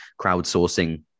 crowdsourcing